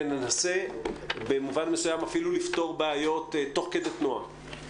ננסה במובן מסוים אפילו לפתור בעיות תוך כדי תנועה,